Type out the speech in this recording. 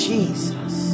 Jesus